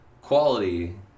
quality